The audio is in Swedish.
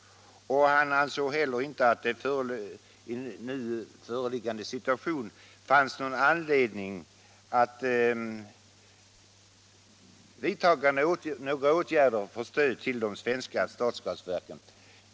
Han ansåg också att det i nu föreliggande situation inte fanns någon anledning att vidtaga några åtgärder för att ge stöd till de svenska stadsgasverken.